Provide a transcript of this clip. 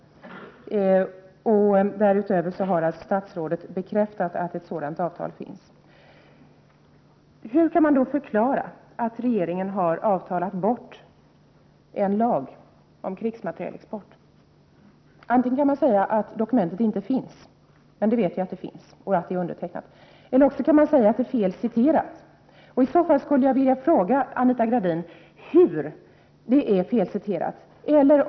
Därutöver har statsrådet alltså bekräftat att ett sådant avtal finns. Hur kan man då förklara att regeringen har avtalat bort en lag om krigsmaterielexport? Antingen kan man svara att dokumentet inte finns. Men vi vet ju att det finns och att det är undertecknat. Eller också kan man säga att det är felaktigt citerat. I så fall skulle jag vilja fråga Anita Gradin på vilket sätt det är fel citerat.